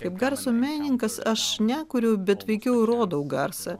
kaip garso menininkas aš nekuriu bet veikiau rodau garsą